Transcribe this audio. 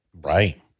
Right